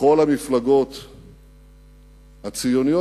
בכל המפלגות הציוניות,